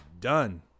done